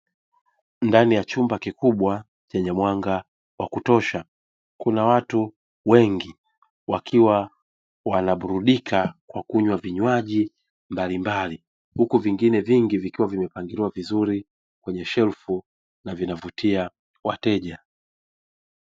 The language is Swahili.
Ndani ya chumba kikubwa chenye mwanga wa kutosha kuna watu wengi, wakiwa wanaburudika kwa kunywa vinywaji huku vingine vingi vikiwa vimepangiliwa vizuri kwenye shelfu vikiwa vina vutia wateja.